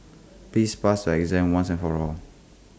please pass your exam once and for all